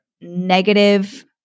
negative